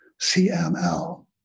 CML